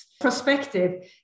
prospective